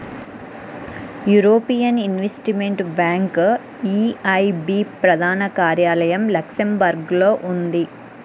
European investment bank EIB ప్రధాన కార్యాలయం లక్సెంబర్గ్లో ఉంది